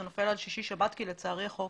זה נופל על שישי-שבת כי לצערי החוק